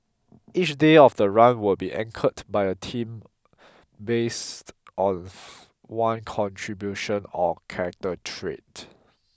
each day of the run will be anchored by a theme based of one contribution or character trait